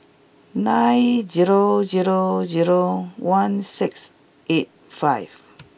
nine zero zero zero one six eight five